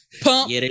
pump